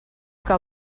que